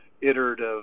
iterative